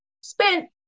spent